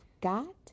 got